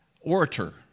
orator